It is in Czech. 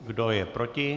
Kdo je proti?